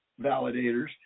validators